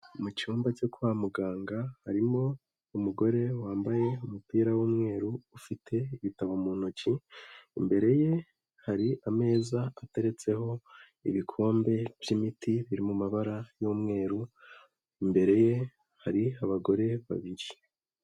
Mu cyumba cyo kwa muganga harimo umugore wambaye umupira w'umweru ufite ibitabo mu ntoki, imbere ye hari ameza ateretseho ibikombe by'imiti biri mu mabara y'umweru, imbere ye hari abagore babiri.